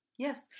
Yes